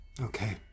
Okay